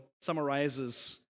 summarizes